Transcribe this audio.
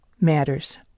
matters